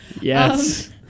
Yes